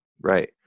Right